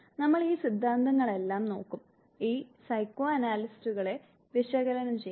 നമ്മൾ ഈ സിദ്ധാന്തങ്ങളെല്ലാം നോക്കും ഈ സൈക്കോഅനാലിസ്റ്റുകളെ വിശകലനം ചെയ്യും